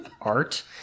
art